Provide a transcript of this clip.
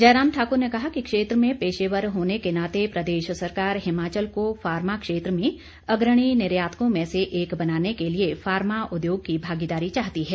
जयराम ठाकुर ने कहा कि क्षेत्र में पेशेवर होने के नाते प्रदेश सरकार हिमाचल को फार्मा क्षेत्र में अग्रणी निर्यातकों में से एक बनाने के लिए फार्मा उद्योग की भागीदारी चाहती है